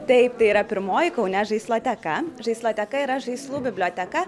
taip tai yra pirmoji kaune žaisloteka žaisloteka yra žaislų biblioteka